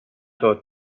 tot